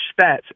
stats